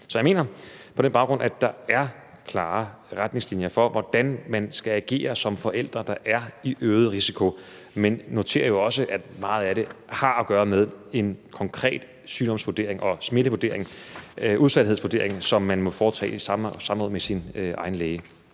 Så jeg mener på den baggrund, at der er klare retningslinjer for, hvordan man skal agere som forældre, der er i øget risiko, men jeg noterer jo også, at meget af det har at gøre med en konkret sygdomsvurdering, smittevurdering og udsathedsvurdering, som man må foretage i samråd med sin egen læge.